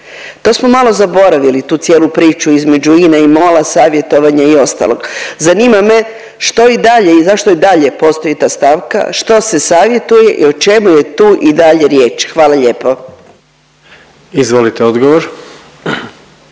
To smo malo zaboravili tu cijelu priču između INA-e i MOL-a savjetovanje i ostalog, zanima me što i dalje i zašto i dalje postoji ta stavka? Što se savjetuje i o čemu je tu i dalje riječ? Hvala lijepo. **Jandroković,